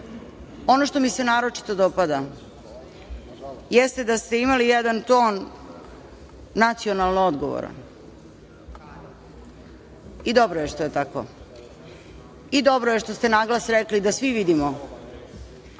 što mi se naročito dopada jeste da ste imali jedan ton nacionalno odgovoran i dobro je što je tako. Dobro je i što ste na glas rekli, da svi vidimo